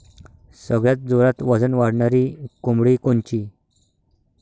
सगळ्यात जोरात वजन वाढणारी कोंबडी कोनची?